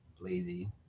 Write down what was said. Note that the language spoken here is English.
lazy